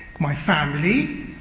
my family.